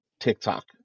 TikTok